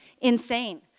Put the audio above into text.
insane